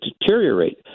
deteriorate